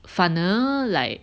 反而 like